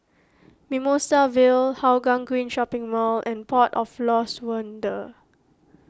Mimosa Vale Hougang Green Shopping Mall and Port of Lost Wonder